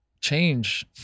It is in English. change